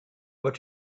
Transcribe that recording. what